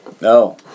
No